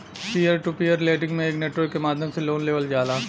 peer to peer lending में एक network के माध्यम से लोन लेवल जाला